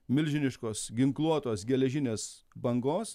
milžiniškos ginkluotos geležinės bangos